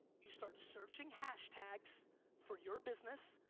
you start searching hashtags for your business,